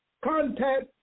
contact